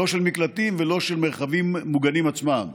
לא של מקלטים ולא של מרחבים מוגנים עצמם.